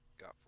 got